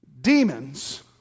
Demons